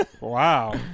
Wow